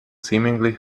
seemingly